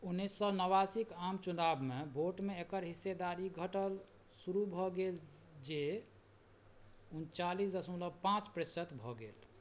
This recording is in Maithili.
उन्नैस सओ नवासीक आम चुनावमे वोटमे एकर हिस्सेदारी घटल शुरू भऽ गेल जे उनचालिस दशमलव पाँच प्रतिशत भऽ गेल